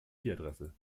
adresse